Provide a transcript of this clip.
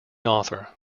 author